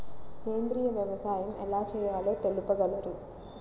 సేంద్రీయ వ్యవసాయం ఎలా చేయాలో తెలుపగలరు?